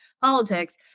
politics